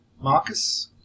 Marcus